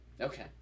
Okay